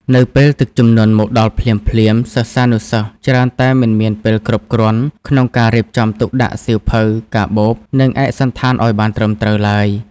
នៅពេលទឹកជំនន់មកដល់ភ្លាមៗ សិស្សានុសិស្សច្រើនតែមិនមានពេលគ្រប់គ្រាន់ក្នុងការរៀបចំទុកដាក់សៀវភៅ កាបូប និងឯកសណ្ឋានឱ្យបានត្រឹមត្រូវឡើយ។